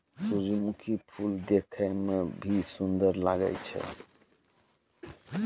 सुरजमुखी फूल देखै मे भी सुन्दर लागै छै